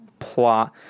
plot